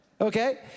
Okay